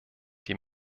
die